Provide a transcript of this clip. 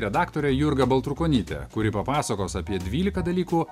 redaktorė jurga baltrukonytė kuri papasakos apie dvyliką dalykų